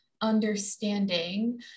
understanding